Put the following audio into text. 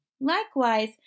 Likewise